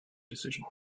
decisions